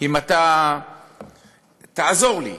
אם אתה תעזור לי,